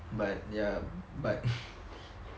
but ya but